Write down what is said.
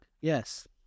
Yes